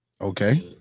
Okay